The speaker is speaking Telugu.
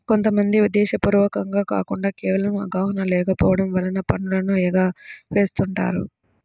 కొంత మంది ఉద్దేశ్యపూర్వకంగా కాకుండా కేవలం అవగాహన లేకపోవడం వలన పన్నులను ఎగవేస్తుంటారు